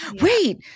wait